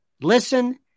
Listen